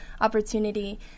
opportunity